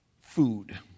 Food